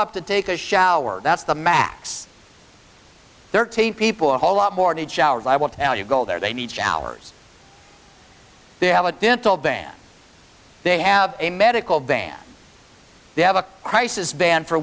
up to take a shower that's the max thirteen people a whole lot more need showers i will tell you go there they need showers they have a dental band they have a medical van they have a crisis band for